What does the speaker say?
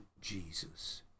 Jesus